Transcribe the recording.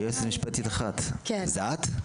יועצת משפטית אחת, זו את?